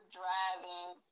driving